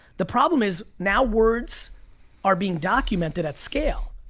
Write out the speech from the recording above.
the problem is, now words are being documented at scale.